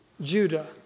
Judah